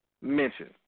mentioned